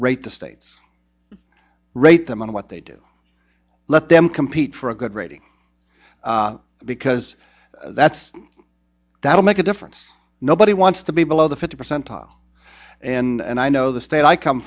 rate the states rate them on what they do let them compete for a good rating because that's that will make a difference nobody wants to be below the fifty percent off and i know the state i come